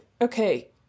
okay